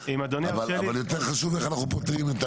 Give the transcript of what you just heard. אבל יותר חשוב איך אנחנו פותרים,